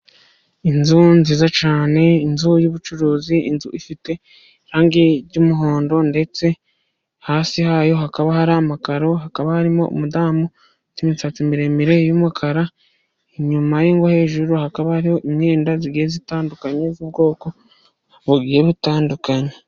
Inzu nziza cyane inzu y'ubucuruzi ifite irangi ry'umuhondo, ndetse hasi hayo hakaba hari amakaro. Hakaba harimo umudamu ufite imisatsi miremire y'umukara, inyuma ye ngo hejuru hakaba hariho imyenda igenda itandukanye y'ubwoko bugiye butandukanye.